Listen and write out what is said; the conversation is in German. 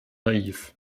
naiv